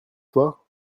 toi